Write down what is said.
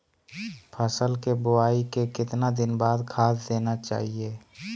फसल के बोआई के कितना दिन बाद खाद देना चाइए?